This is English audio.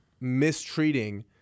mistreating